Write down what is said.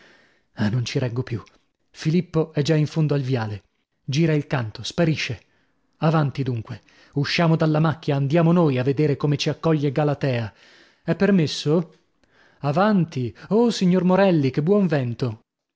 ah non ci reggo più filippo è già in fondo al viale gira il canto sparisce avanti dunque usciamo dalla macchia andiamo noi a vedere come ci accoglie galatea è permesso avanti oh signor morelli che buon vento